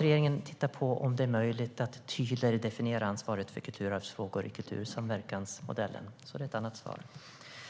Regeringen tittar också på om det är möjligt att tydligare definiera ansvaret för kulturarvsfrågor i kultursamverkansmodellen. Det är ett annat svar.